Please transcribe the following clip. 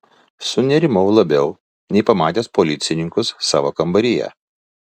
sunerimau labiau nei pamatęs policininkus savo kambaryje